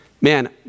Man